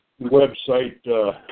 website